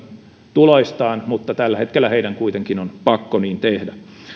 tuloistaan mutta tällä hetkellä heidän kuitenkin on pakko niin tehdä